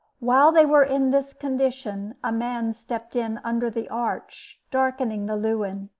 while they were in this condition, a man stepped in under the arch, darkening the lewen.